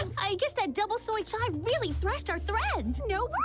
um i guess that double soy side really fleshed our threads nowise.